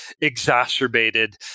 exacerbated